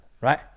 Right